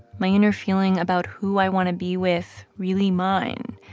my inner feeling about who i want to be with really mine?